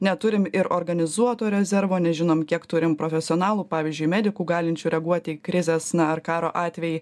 neturim ir organizuoto rezervo nežinom kiek turim profesionalų pavyzdžiui medikų galinčių reaguoti krizės na ar karo atveju